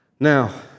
Now